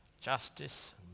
justice